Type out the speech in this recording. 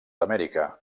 amèrica